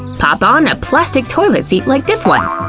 pop on a plastic toilet seat like this one.